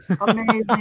amazing